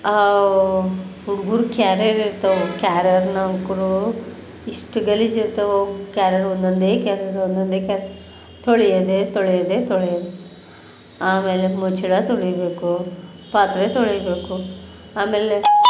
ಅವು ಹುಡುಗ್ರು ಕ್ಯಾರಿಯರ್ ಇರ್ತವೆ ಕ್ಯಾರಿಯರ್ನಂತೂ ಇಷ್ಟು ಗಲೀಜಿರ್ತಾವೆ ಕ್ಯಾರಿಯರ್ ಒಂದೊಂದೇ ಕ್ಯಾರಿಯರ್ ಒಂದೊಂದೆ ಕ್ಯಾ ತೊಳಿಯದೇ ತೊಳಿಯದೇ ತೊಳೆಯೋದು ಆಮೇಲೆ ಮುಚ್ಚಳ ತೊಳಿಬೇಕು ಪಾತ್ರೆ ತೊಳಿಬೇಕು ಆಮೇಲೆ